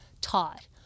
taught